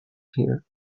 here